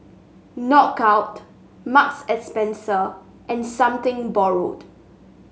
Knockout Marks and Spencer and Something Borrowed